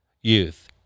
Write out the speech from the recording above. youth